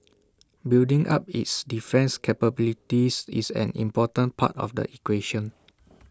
building up its defence capabilities is an important part of the equation